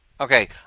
Okay